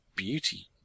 beauty